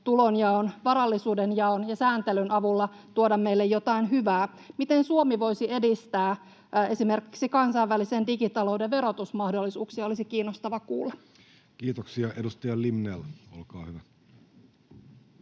tulonjaon, varallisuuden jaon ja sääntelyn avulla tuoda meille jotain hyvää. Siitä, miten Suomi voisi edistää esimerkiksi kansainvälisen digitalouden verotusmahdollisuuksia, olisi kiinnostavaa kuulla. Kiitoksia. — Edustaja Limnell, olkaa hyvä.